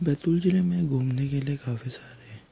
बैतूल जिले में घूमने के लिए काफ़ी सारे